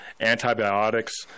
Antibiotics